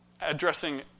Addressing